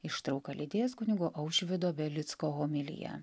ištrauką lydės kunigo aušvido belicko homilija